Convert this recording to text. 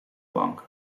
bank